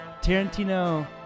tarantino